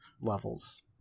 levels